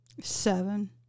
Seven